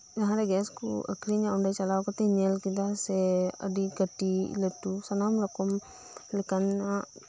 ᱡᱟᱦᱟᱸᱨᱮ ᱜᱮᱥᱠᱩ ᱟᱹᱠᱷᱨᱤᱧᱟ ᱚᱸᱰᱮ ᱪᱟᱞᱟᱣ ᱠᱟᱛᱮᱧ ᱧᱮᱞ ᱠᱮᱫᱟ ᱥᱮ ᱟᱹᱰᱤ ᱠᱟᱹᱴᱤᱡ ᱞᱟᱹᱴᱩ ᱱᱟᱱᱟᱱ ᱨᱚᱠᱚᱢ ᱞᱮᱠᱟᱱᱟᱜ